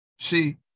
See